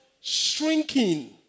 shrinking